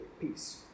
peace